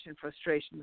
frustration